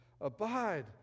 Abide